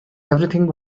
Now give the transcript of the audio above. everything